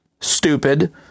stupid